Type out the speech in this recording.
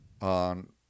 on